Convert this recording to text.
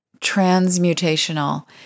transmutational